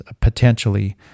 potentially